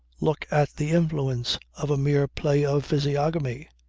look at the influence of a mere play of physiognomy!